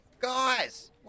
Guys